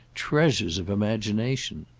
treasures of imagination.